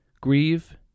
Grieve